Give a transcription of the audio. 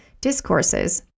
discourses